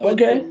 Okay